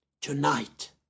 tonight